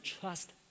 trust